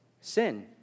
sin